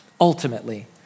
ultimately